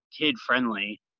kid-friendly